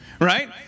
Right